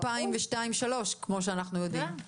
עד 2002 2003, כפי שאנחנו יודעים,